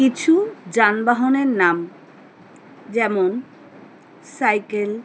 কিছু যানবাহনের নাম যেমন সাইকেল